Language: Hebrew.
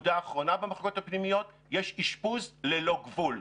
נקודה אחרונה במחלקות הפנימיות יש אשפוז ללא גבול.